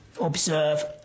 observe